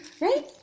right